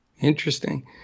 Interesting